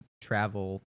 travel